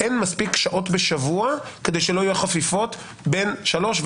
אין מספיק שעות בשבוע כדי שלא יהיו חפיפות בין שלוש,